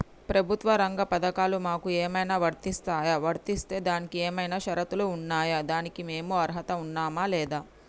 ప్రభుత్వ రంగ పథకాలు మాకు ఏమైనా వర్తిస్తాయా? వర్తిస్తే దానికి ఏమైనా షరతులు ఉన్నాయా? దానికి మేము అర్హత ఉన్నామా లేదా?